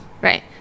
Right